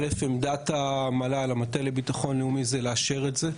שעמדת המל"ל היא לאשר את זה.